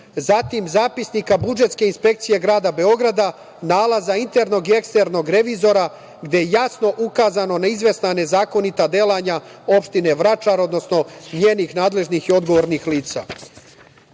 Zatim Zapisnika budžetske inspekcije Grada Beograda, nalaza internog i eksternog revizora, gde je jasno ukazano na izvesna nezakonita delanja opštine Vračar, odnosno njenih nadležnih i odgovornih lica.U